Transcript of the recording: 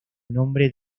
nombre